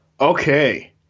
okay